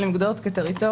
אבל היא מוגדרת כטריטוריה,